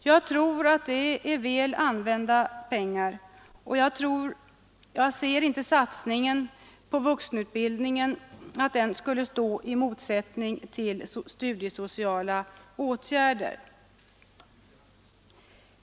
Jag tror att det är väl använda pengar, och jag anser inte att satsningen på vuxenutbildningen skulle stå i motsättning till studiesociala åtgärder.